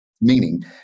meaning